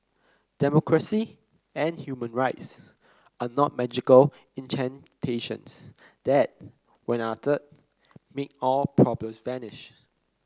democracy and human rights are not magical incantations that when uttered make all problems vanish